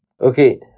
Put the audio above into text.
Okay